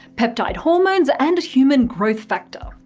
peptide hormones and human growth factor.